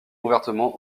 ouvertement